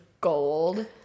gold